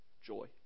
Joy